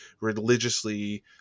religiously